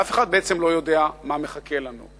ואף אחד בעצם לא יודע מה מחכה לנו.